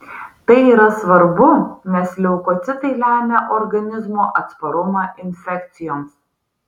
tai yra svarbu nes leukocitai lemia organizmo atsparumą infekcijoms